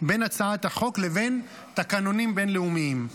בין הצעת החוק לבין תקנונים בין-לאומיים.